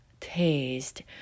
taste